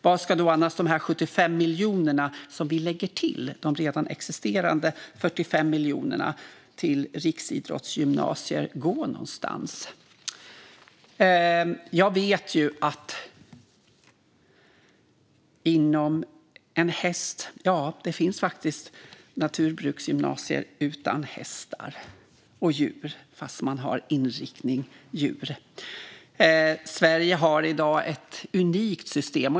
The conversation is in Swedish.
Vart ska annars de 75 miljoner som vi lägger till de redan existerande 43 miljonerna till riksidrottsgymnasier gå? En häst, säger Alexandra Anstrell. Det finns faktiskt naturbruksgymnasier utan hästar och djur, även om de har djurinriktning. Sverige har i dag ett unikt system.